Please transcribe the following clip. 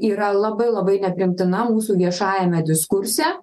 yra labai labai nepriimtina mūsų viešajame diskurse